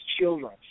children